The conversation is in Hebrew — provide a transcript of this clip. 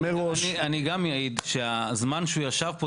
אני גם אעיד שהזמן שהוא ישב על זה,